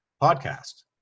podcast